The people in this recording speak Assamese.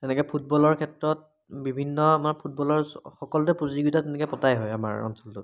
তেনেকে ফুটবলৰ ক্ষেত্ৰত বিভিন্ন আমাৰ ফুটবলৰ সকলোতে প্ৰতিযোগিতা তেনেকৈ পতাই হয় আমাৰ অঞ্চলটোত